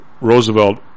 Roosevelt